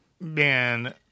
Man